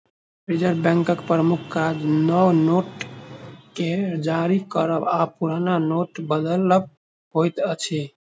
reserve बैंकक प्रमुख काज नव नोट के जारी करब आ पुरान नोटके बदलब होइत अछि